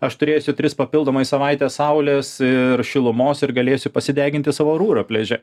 aš turėsiu tris papildomai savaites saulės ir šilumos ir galėsiu pasideginti savo rūrą pliaže